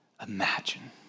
imagine